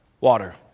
water